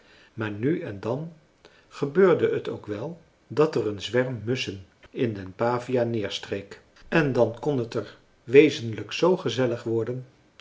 maar nu en dan gebeurde het ook wel dat er een zwerm musschen in den pavia neerstreek en dan kon het er wezenlijk zoo gezellig worden